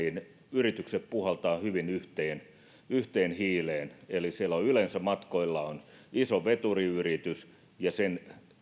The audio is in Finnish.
yritykset puhaltavat hyvin yhteen yhteen hiileen eli yleensä siellä matkoilla on iso veturiyritys ja sen